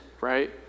right